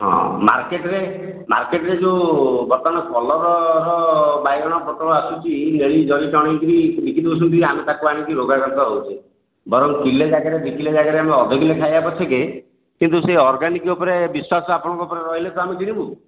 ହଁ ମାର୍କେଟରେ ମାର୍କେଟରେ ଯେଉଁ ବର୍ତ୍ତମାନ କଲର୍ର ବାଇଗଣ ପୋଟଳ ଆସୁଛି ନେଳି ଜରି ଟାଣିକିରି ବିକି ଦେଉଛନ୍ତି ଆମେ ତାକୁ ଆଣି କି ରୋଗଗ୍ରସ୍ତ ହେଉଛେ ବରଂ କିଲେ ଜାଗାରେ ଦୁଇ କିଲେ ଜାଗାରେ ଆମେ ଅଧ କିଲେ ଖାଇବା ପଛକେ କିନ୍ତୁ ସେଇ ଅର୍ଗାନିକ୍ ଉପରେ ବିଶ୍ୱାସ ଆପଣଙ୍କ ପାଖରେ ରହିଲେ ତ ଆମେ କିଣିବୁ